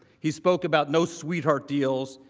he spoke about no sweetheart deals.